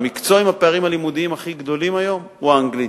המקצוע עם הפערים הלימודיים הכי גדולים היום הוא האנגלית,